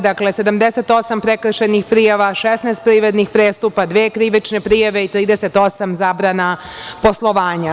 Dakle, 78 prekršajnih prijava, 16 privrednih prestupa, dve krivične prijave, 38 zabrana poslovanja.